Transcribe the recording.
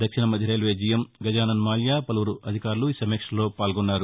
దక్షిణ మధ్య railway GM Gajanan Mallya పలువురు అధికారులు సమీక్షలో పాల్గొన్నారు